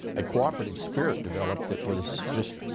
a cooperative spirit developed that was just,